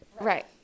Right